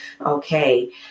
Okay